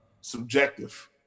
subjective